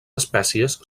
espècies